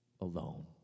alone